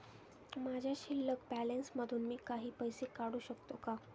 माझ्या शिल्लक बॅलन्स मधून मी काही पैसे काढू शकतो का?